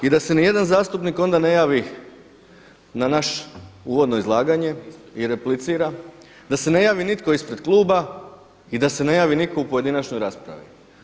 I da se ni jedan zastupnik onda ne javi na naše uvodno izlaganje i da replicira, da se ne javi nitko ispred kluba i da se ne javi nitko u pojedinačnoj raspravi.